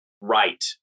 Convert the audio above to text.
right